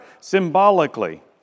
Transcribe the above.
symbolically